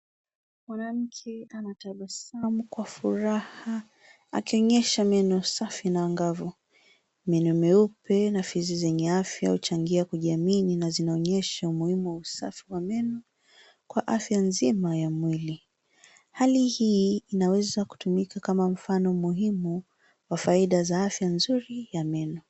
Mwanamke anatabasamu kwa furaha akionyesha meno safi na angavu. Meno meupe na fizi zenye afya huchangia kujiamini na zinaonyesha umuhimu wa usafi wa meno kwa afya nzima ya mwili. Hali hii inaweza kutumika kama mfano muhimu wa faida za afya nzuri ya meno.